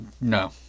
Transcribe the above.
No